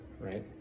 right